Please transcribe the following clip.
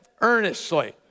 earnestly